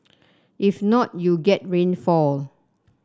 if not you get rainfall